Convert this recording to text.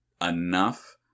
enough